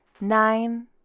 nine